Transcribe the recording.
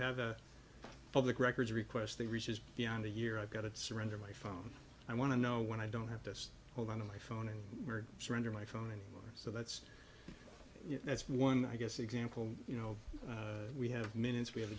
have a public records request the reaches beyond a year i've got to surrender my phone i want to know when i don't have to hold on to my phone and surrender my phone and so that's that's one i guess example you know we have minutes we have a